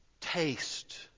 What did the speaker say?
taste